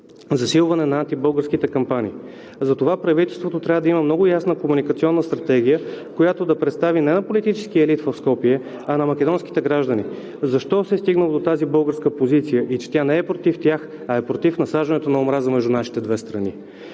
засилване на антибългарските кампании. Затова правителството трябва да има много ясна комуникационна стратегия, която да представи не на политическия елит в Скопие, а на македонските граждани защо се е стигнало до тази българска позиция и, че тя не е против тях, а е против насаждането на омраза между нашите две страни.